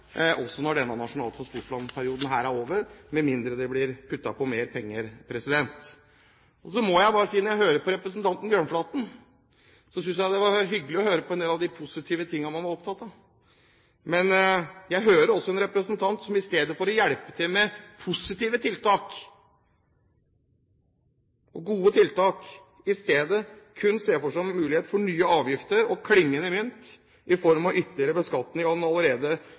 også når denne nasjonale transportplanperioden er over – med mindre det blir puttet på mer penger. Så må jeg bare si, når jeg hører på representanten Bjørnflaten, at det er hyggelig med en del av de positive tingene man er opptatt av, men jeg hører også en representant som istedenfor å hjelpe til med positive og gode tiltak kun ser for seg en mulighet for nye avgifter og klingende mynt i form av ytterligere beskatning av den allerede